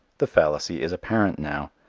the fallacy is apparent now.